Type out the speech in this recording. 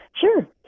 Sure